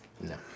No